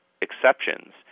exceptions